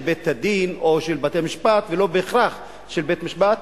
בית-הדין או של בתי-המשפט ולא בהכרח של בית-משפט,